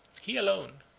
he alone,